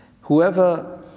whoever